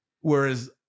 whereas